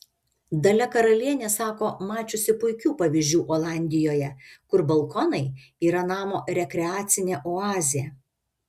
dalia karalienė sako mačiusi puikių pavyzdžių olandijoje kur balkonai yra namo rekreacinė oazė